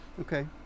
okay